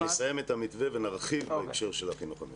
אני אסיים את המתווה ונרחיב של החינוך המיוחד.